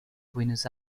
buenos